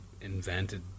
invented